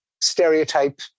stereotype